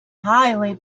highly